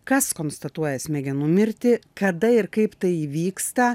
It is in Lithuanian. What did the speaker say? kas konstatuoja smegenų mirtį kada ir kaip tai įvyksta